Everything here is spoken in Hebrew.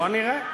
בוא נראה, תוציא.